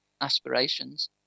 aspirations